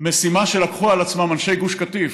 משימה שלקחו על עצמם אנשי גוש קטיף,